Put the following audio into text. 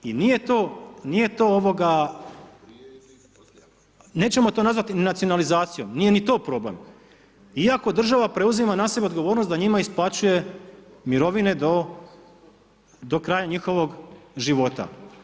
I nije to, nije to, nećemo to nazvati nacionalizacijom, nije ni to problem iako država preuzima na sebe odgovornost da njima isplaćuje mirovine do kraja njihovog života.